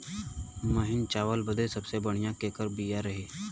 महीन चावल बदे सबसे बढ़िया केकर बिया रही?